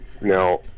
now